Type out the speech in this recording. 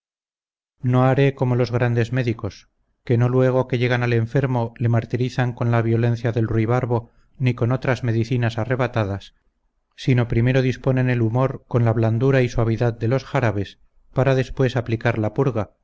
o haré como los grandes médicos que no luego que llegan al enfermo le martirizan con la violencia del ruibarbo ni con otras medicinas arrebatadas sino primero disponen el humor con la blandura y suavidad de los jarabes para después aplicar la purga